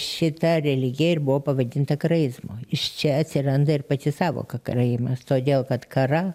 šita religija ir buvo pavadinta karaizmu iš čia atsiranda ir pati sąvoka karaimas todėl kad kara